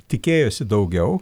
tikėjosi daugiau